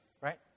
right